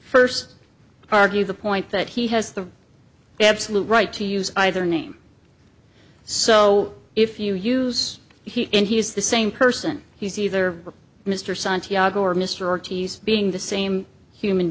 argue the point that he has the absolute right to use either name so if you use he and he has the same person he's either mr santiago or mr ortiz being the same human